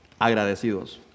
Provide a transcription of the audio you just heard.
Agradecidos